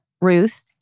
Ruth